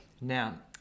Now